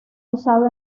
usado